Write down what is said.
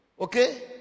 Okay